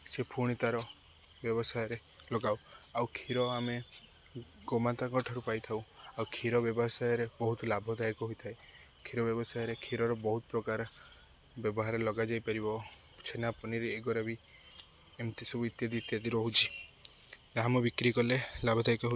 ସେ ଫୁଣି ତା'ର ବ୍ୟବସାୟରେ ଲଗାଉ ଆଉ କ୍ଷୀର ଆମେ ଗୋମାତାଙ୍କଠାରୁ ପାଇଥାଉ ଆଉ କ୍ଷୀର ବ୍ୟବସାୟରେ ବହୁତ ଲାଭଦାୟକ ହୋଇଥାଏ କ୍ଷୀର ବ୍ୟବସାୟରେ କ୍ଷୀର ବହୁତ ପ୍ରକାର ବ୍ୟବହାର ଲଗାଯାଇପାରିବ ଛେନା ପନିର ଏଗୁଡ଼ା ବି ଏମିତି ସବୁ ଇତ୍ୟାଦି ଇତ୍ୟାଦି ରହୁଛି ଏହା ଆମେ ବିକ୍ରି କଲେ ଲାଭଦାୟକ ହୋଇଥାଏ